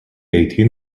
eigtheen